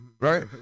right